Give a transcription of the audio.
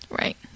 right